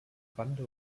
bande